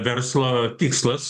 verslo tikslas